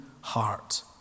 heart